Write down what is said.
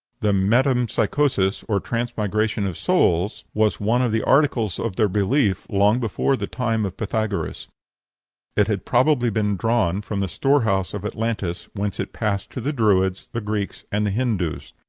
the metempsychosis or transmigration of souls was one of the articles of their belief long before the time of pythagoras it had probably been drawn from the storehouse of atlantis, whence it passed to the druids, the greeks, and the hindoos.